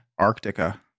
Arctica